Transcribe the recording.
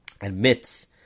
admits